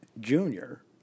Junior